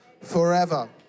Forever